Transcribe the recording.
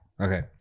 okay